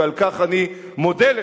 ועל כך אני מודה לך,